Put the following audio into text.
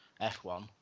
F1